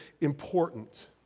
important